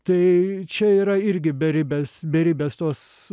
tai čia yra irgi beribės beribės tos